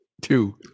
two